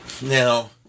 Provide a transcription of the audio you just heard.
Now